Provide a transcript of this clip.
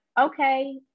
okay